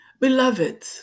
Beloved